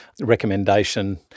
recommendation